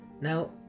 Now